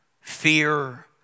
fear